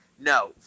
no